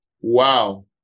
wow